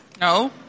No